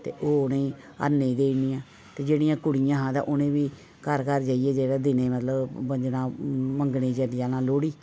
ते ओह् इ'नेंगी हरणें गी देई ओड़नियां ते जेह्ड़ियां कुड़ियां हियां उ'नेंगी बी घर घर जेह्ड़ा दिनें मतलब मंगनें गी चली जाना लोह्ड़ी